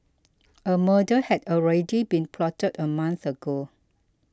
a murder had already been plotted a month ago